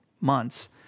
months